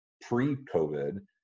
pre-COVID